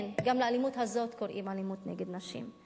כן, גם לאלימות הזאת קוראים אלימות נגד נשים,